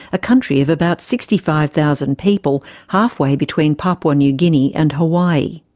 a country of about sixty five thousand people halfway between papua new guinea and hawaii.